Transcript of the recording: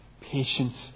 patience